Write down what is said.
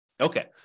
Okay